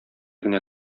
генә